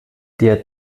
der